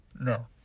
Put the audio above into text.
No